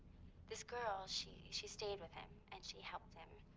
this girl she she stayed with him, and she helped him.